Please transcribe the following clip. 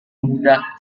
mudah